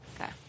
Okay